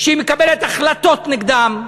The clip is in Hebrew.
היא מקבלת החלטות נגדם,